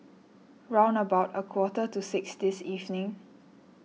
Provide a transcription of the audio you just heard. round about a quarter to six this evening